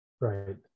Right